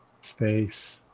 space